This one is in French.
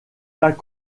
bas